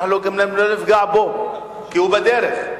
גם לא נפגע בו, כי הוא בדרך.